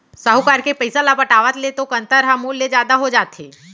साहूकार के पइसा ल पटावत ले तो कंतर ह मूर ले जादा हो जाथे